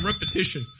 repetition